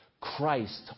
Christ